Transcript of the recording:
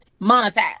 monetize